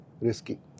risky